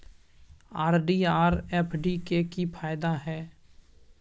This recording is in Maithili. आर.डी आर एफ.डी के की फायदा हय?